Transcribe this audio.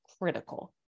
critical